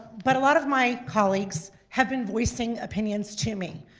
but a lot of my colleagues have been voicing opinions to me.